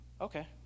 okay